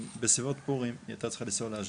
בסביבות פורים, היא היתה צריכה לנסוע לאשדוד.